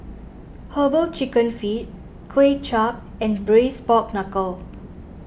Herbal Chicken Feet Kuay Chap and Braised Pork Knuckle